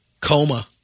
coma